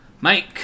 Mike